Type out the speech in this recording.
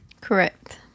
Correct